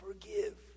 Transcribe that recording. forgive